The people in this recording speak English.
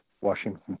Washington